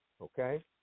Okay